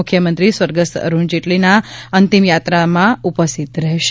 મુખ્યમંત્રી સ્વર્ગસ્થ અરૂણ જેટલીના અંતિમ યાત્રામાં ઉપસ્થિત રહેશે